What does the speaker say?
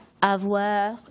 avoir